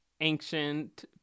ancient